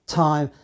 time